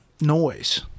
noise